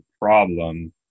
problem